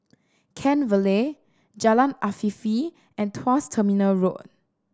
Kent Vale Jalan Afifi and Tuas Terminal Road